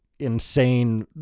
insane